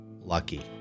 Lucky